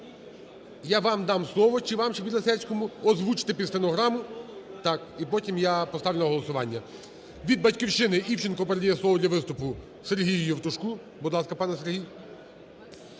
Я вам дам слово, чи вам, чи Підлісецькому, озвучите під стенограму і потім я поставлю на голосування. Від "Батьківщини" Івченко передає слово для виступу Сергію Євтушку. Будь ласка, пане Сергій.